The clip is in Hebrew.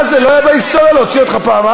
מה זה, לא היה בהיסטוריה, להוציא אותך פעמיים.